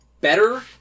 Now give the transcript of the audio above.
better